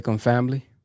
family